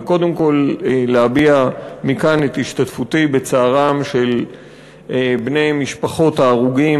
וקודם כול להביע מכאן את השתתפותי בצערם של בני משפחות ההרוגים,